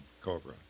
Cobra